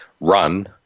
run